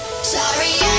Sorry